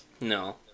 No